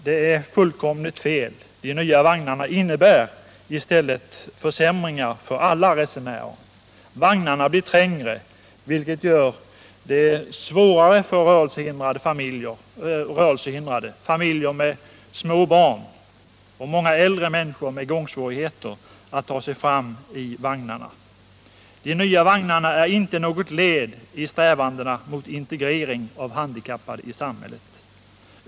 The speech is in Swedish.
Det är fullständigt fel! De nya vagnarna innebär i stället försämringar för alla resenärer. Vagnarna blir trängre, vilket gör det svårare för rörelsehindrade, familjer med små barn samt många äldre människor med gångsvårigheter att ta sig fram i vagnarna. De nya vagnarna är inte något led i strävandena mot integrering av handikappade i samhället.